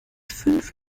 fünf